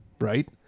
right